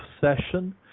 session